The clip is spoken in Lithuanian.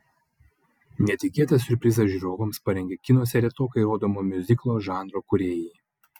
netikėtą siurprizą žiūrovams parengė kinuose retokai rodomo miuziklo žanro kūrėjai